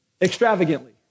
extravagantly